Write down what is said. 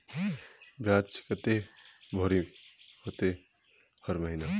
बियाज केते भरे होते हर महीना?